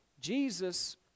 Jesus